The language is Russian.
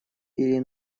или